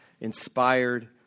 inspired